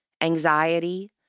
anxiety